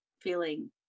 feeling